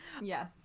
yes